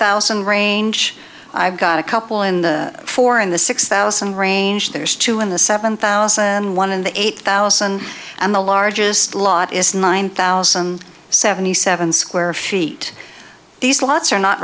thousand range i've got a couple in the four in the six thousand range there is two in the seven thousand and one in the eight thousand and the largest lot is nine thousand seventy seven square feet these lots are not